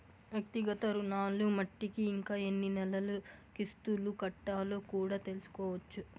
వ్యక్తిగత రుణాలు మట్టికి ఇంకా ఎన్ని నెలలు కిస్తులు కట్టాలో కూడా తెల్సుకోవచ్చు